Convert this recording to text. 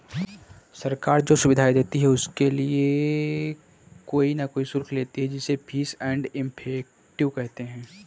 सरकार जो सुविधाएं देती है उनके लिए कोई न कोई शुल्क लेती है जिसे फीस एंड इफेक्टिव कहते हैं